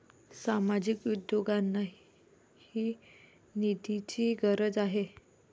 सामाजिक उद्योगांनाही निधीची गरज आहे